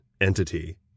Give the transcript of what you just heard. entity